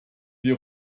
die